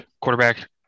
quarterback